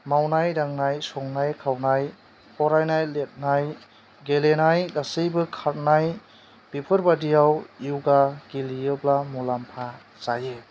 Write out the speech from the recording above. मावनाय दांनाय संनाय खावनाय फरायनाय लिरनाय गेलेनाय गासैबो खारनाय बेफोरबादियाव यगा गेलेयोबा मुलाम्फा जायो